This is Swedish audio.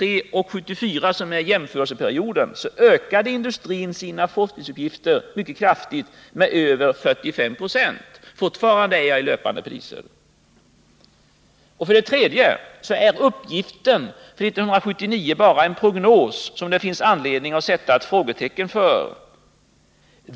Mellan 1973 och 1975 ökade industrin sina forskningsutgifter mycket kraftigt, med över 45 96 — fortfarande i löpande priser. För det tredje är uppgiften för 1979 bara en prognos, som det finns anledning att sätta ett frågetecken för.